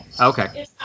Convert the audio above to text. Okay